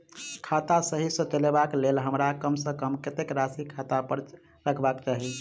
खाता सही सँ चलेबाक लेल हमरा कम सँ कम कतेक राशि खाता पर रखबाक चाहि?